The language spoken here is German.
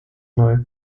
neu